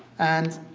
and,